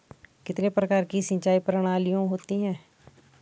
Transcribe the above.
कितने प्रकार की सिंचाई प्रणालियों होती हैं?